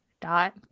Dot